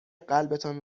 قلبتان